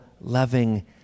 loving